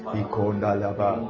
ikondalaba